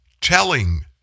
Telling